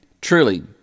Truly